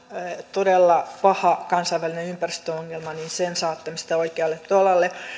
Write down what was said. todella paha kansainvälinen ympäristöongelma saattamista oikealle tolalle